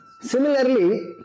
Similarly